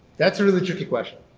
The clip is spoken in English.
that's a really tricky question.